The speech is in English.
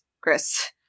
Chris